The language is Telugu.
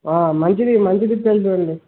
మంచిది మంచిది ఇచ్చే వాళ్ళను చూడండి